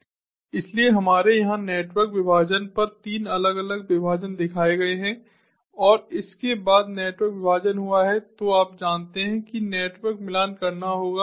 इसलिए हमारे यहां नेटवर्क विभाजन पर तीन अलग अलग विभाजन दिखाए गए हैं और इसके बाद नेटवर्क विभाजन हुआ है तो आप जानते हैं कि नेटवर्क मिलान करना होगा